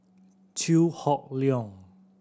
Chew Hock Leong